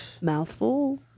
mouthful